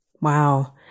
Wow